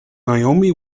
naomi